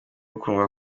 gukundwa